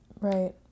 Right